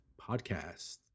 Podcast